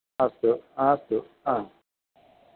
अस्तु अस्तु हा